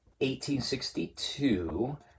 1862